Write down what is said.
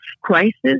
crisis